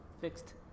Fixed